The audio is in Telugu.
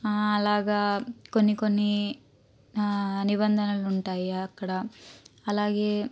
అలాగా కొన్ని కొన్ని నిబంధనలు ఉంటాయా అక్కడ అలాగే